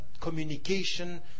communication